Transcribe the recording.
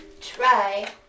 Try